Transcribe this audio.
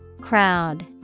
Crowd